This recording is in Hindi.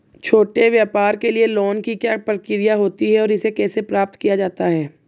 छोटे व्यापार के लिए लोंन की क्या प्रक्रिया होती है और इसे कैसे प्राप्त किया जाता है?